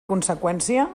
conseqüència